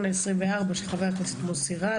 פ/1348/24 של חבר הכנסת מוסי רז,